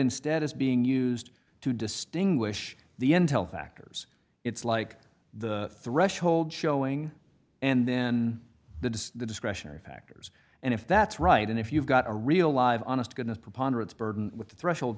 instead is being used to distinguish the intel factors it's like the threshold showing and then the does the discretionary factors and if that's right and if you've got a real live honest to goodness preponderance burden with the threshold